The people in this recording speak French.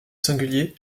singulier